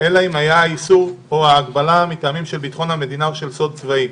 אלא אם היה האיסור או ההגבלה מטעמים של ביטחון המדינה או של סוד צבאי".